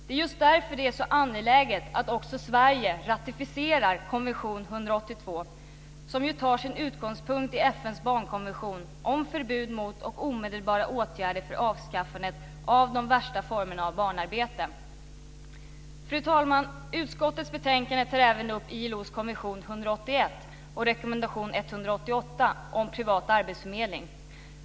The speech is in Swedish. Det är just därför som det är så angeläget att också Sverige ratificerar konvention 182, som har sin utgångspunkt i FN:s barnkonvention om förbud mot, och om omedelbara åtgärder för avskaffandet av, de värsta formerna av barnarbete. Fru talman! I utskottets betänkande tar man även upp ILO:s konvention 181 och rekommendation 188 om privat arbetsförmedling.